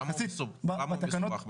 למה זה מסובך בעצם?